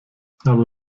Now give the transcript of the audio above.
aber